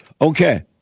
Okay